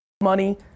money